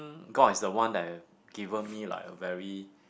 God is the one that have given me like a very